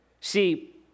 See